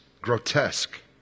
grotesque